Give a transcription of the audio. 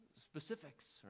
specifics